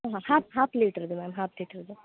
ಹಾಂ half half ಲೀಟ್ರುದ್ದು ma'am half ಲೀಟ್ರುದ್ದು